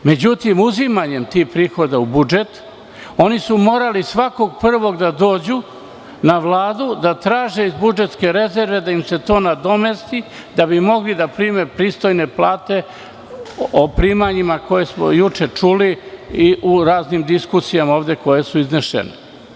Međutim, uzimanjem tih prihoda u budžet, oni su morali svakog prvog da dođu na Vladu da traže iz budžetske rezerve da im se to nadomesti da bi mogli da prime pristojne plate, o primanjima koje smo juče čuli i u raznim diskusijama koje su ovde iznesene.